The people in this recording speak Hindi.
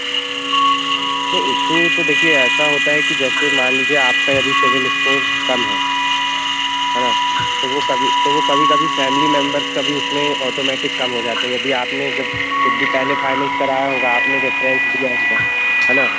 नहीं इशू तो देखिए ऐसा होता है कि जैसे मान लीजिए आपका यदि सिविल स्कोर कम है है ना तो वो कभी तो वो कभी कभी फ़ैमिली मेम्बर्स का भी उसमें ऑटोमैटिक कम हो जाता है यदि आपने जब कुछ भी पहले फ़ाइनैन्स कराया होगा आपने रेफ़रेन्स दिया होगा है ना